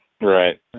Right